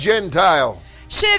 Gentile